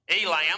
Elam